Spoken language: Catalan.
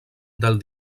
del